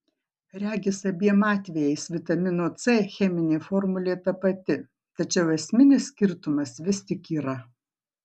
regis abiem atvejais vitamino c cheminė formulė ta pati tačiau esminis skirtumas vis tik yra